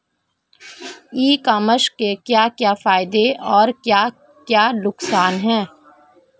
ई commerce के क्या क्या फायदे और क्या क्या नुकसान है?